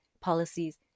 policies